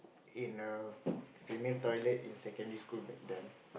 in a female toilet in secondary school back then